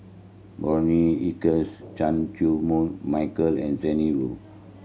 Bonny Hicks Chan Chew Koon Michael and Zhang Hui